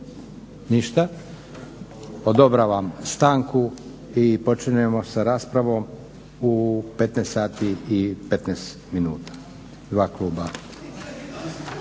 Ništa. Odobravam stanku i počinjemo sa raspravom u 15 sati i 15 minuta.